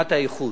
מבחינת האיכות.